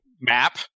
map